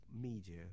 media